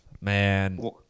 Man